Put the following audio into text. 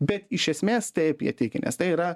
bet iš esmės taip jie tiki nes tai yra